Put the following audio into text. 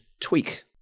tweak